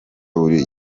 buri